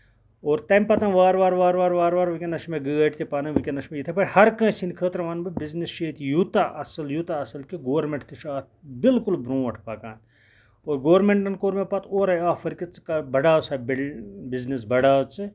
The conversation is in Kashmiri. اور تَمہِ پَتہٕ وارٕ وارٕ وارٕ وارٕ وارٕ وارٕ ؤنکینس چھِ مےٚ گٲڈۍ تہِ پَنٕنۍ ؤنکیٚنَس چھُ مےٚ یِتھٕے پٲٹھۍ ہَر کٲنسہِ ہندۍ خٲطرٕ وَنہٕ بہٕ بِزِنِس چھُ ییٚتہِ یوٗتاہ اَصٕل یوٗتاہ اَصٕل کہِ گوٚرمینٹ تہِ چھُ اَتھ بِلکُل برونٹھ پَکان اور گورمینٹَن کور مےٚ پَتہٕ اورَے آفر کہِ ژٕ کر بَڑاو سا بِزنِس بڑاو ژٕ